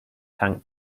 tank